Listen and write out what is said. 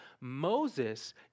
Moses